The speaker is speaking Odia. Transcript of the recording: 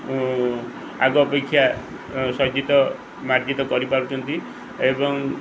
ଆଗ ଅପେକ୍ଷା ସଜିତ ମାର୍ଜିତ କରିପାରୁଛନ୍ତି ଏବଂ